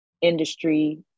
industry